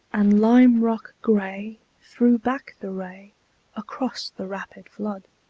and lime-rock gray threw back the ray across the rapid flood.